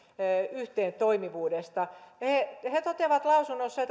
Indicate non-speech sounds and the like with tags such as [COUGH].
yhteentoimivuudesta he toteavat lausunnossaan [UNINTELLIGIBLE]